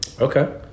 okay